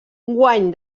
guany